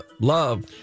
Love